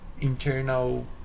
internal